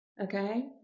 Okay